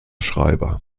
schreiber